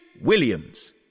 Williams